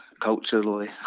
culturally